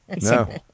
No